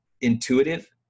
intuitive